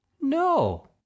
No